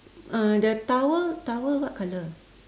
uh the towel towel what colour